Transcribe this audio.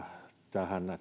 tähän